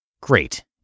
Great